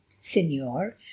Signor